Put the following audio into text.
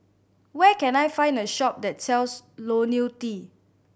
where can I find a shop that sells Ionil T